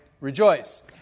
rejoice